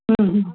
ಹ್ಞೂ ಹ್ಞೂ